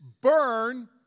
burn